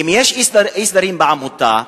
אם יש אי-סדרים בעמותה,